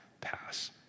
pass